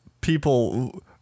people